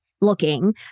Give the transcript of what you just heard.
looking